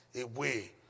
away